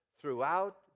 throughout